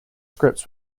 scripts